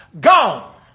gone